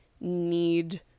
need